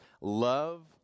love